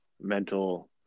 mental